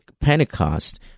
Pentecost